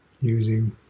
using